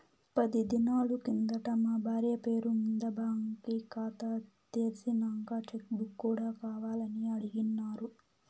పది దినాలు కిందట మా బార్య పేరు మింద బాంకీ కాతా తెర్సినంక చెక్ బుక్ కూడా కావాలని అడిగిన్నాను